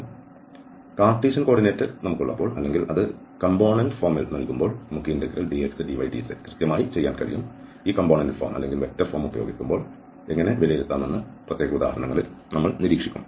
നമുക്ക് Cartesian coordinate ഉള്ളപ്പോൾ അല്ലെങ്കിൽ അത് ഘടക രൂപത്തിൽ നൽകുമ്പോൾ നമുക്ക് ഈ ഇന്റഗ്രൽ dx dy dz കൃത്യമായി ചെയ്യാൻ കഴിയും ഈ ഘടക ഫോം അല്ലെങ്കിൽ വെക്റ്റർ ഫോം ഉപയോഗിക്കുമ്പോൾ എങ്ങനെ വിലയിരുത്താം എന്ന് പ്രത്യേക ഉദാഹരണങ്ങളിൽ നമ്മൾ നിരീക്ഷിക്കും